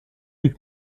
luc